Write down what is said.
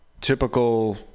typical